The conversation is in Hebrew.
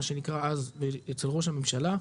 מה שנקרא אז אצל ראש הממשלה,